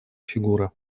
фигура